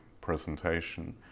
presentation